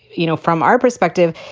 you know, from our perspective,